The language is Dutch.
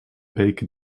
beken